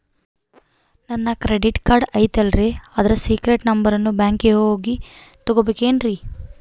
ನನ್ನ credit card ಐತಲ್ರೇ ಅದರ ಸೇಕ್ರೇಟ್ ನಂಬರನ್ನು ಬ್ಯಾಂಕಿಗೆ ಹೋಗಿ ತಗೋಬೇಕಿನ್ರಿ?